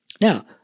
Now